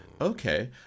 Okay